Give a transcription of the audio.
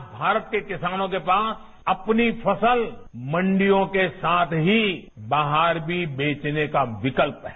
आज भारत के किसानों के पास अपनी फसल मंडियों के साथ ही बाहर भी बेचने का विकल्प है